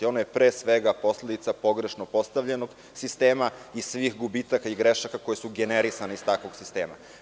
Ona je pre svega posledica pogrešno postavljenog sistema i svih gubitaka i grešaka koje su generisane iz takvog sistema.